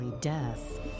death